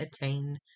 attain